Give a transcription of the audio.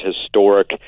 historic